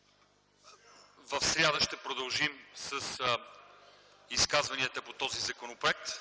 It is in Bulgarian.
В сряда ще продължим с изказванията по този законопроект.